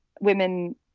women